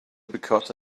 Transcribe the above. because